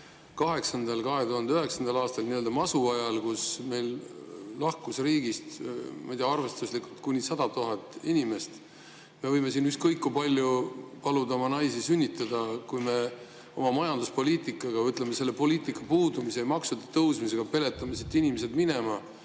2008.–2009. aastal, nii-öelda masu ajal, kui meil lahkus riigist, ma ei tea, arvestuslikult kuni 100 000 inimest. Me võime siin ükskõik kui palju paluda oma naistel sünnitada, aga kui me oma majanduspoliitikaga või, ütleme, selle poliitika puudumise ja maksude tõusmisega peletame siit inimesed minema,